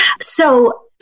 So-